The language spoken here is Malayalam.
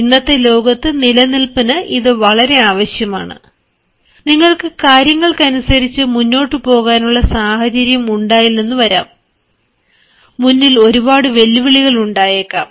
ഇന്നത്തെ ലോകത്ത് നിലനിൽപ്പിന് ഇതു ആവശ്യമാണ് നിങ്ങൾക്ക് കാര്യങ്ങൾക്കനുസരിച് മുന്നോട്ടു പോകാനുള്ള സാഹചര്യം ഉണ്ടായില്ലെന്ന് വരാം മുന്നിൽ ഒരുപാട് വെല്ലുവിളികൾ ഉണ്ടായേക്കാം